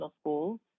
schools